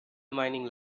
mining